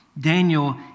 Daniel